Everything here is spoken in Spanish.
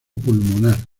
pulmonar